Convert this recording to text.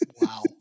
wow